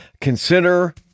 Consider